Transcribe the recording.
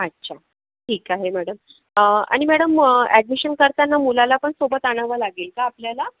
अच्छा ठीक आहे मॅडम आणि मॅडम ॲडमिशन करताना मुलाला पण सोबत आणावं लागेल का आपल्याला